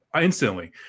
instantly